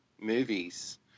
movies